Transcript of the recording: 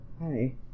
Hi